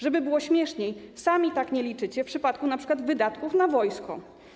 Żeby było śmieszniej, sami tak nie liczycie w przypadku np. wydatków na wojsko.